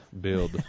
build